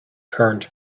current